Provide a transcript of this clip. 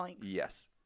yes